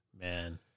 Man